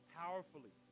powerfully